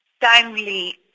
timely